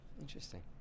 Interesting